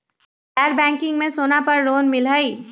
गैर बैंकिंग में सोना पर लोन मिलहई?